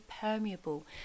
permeable